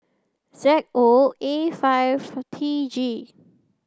Z O A five T G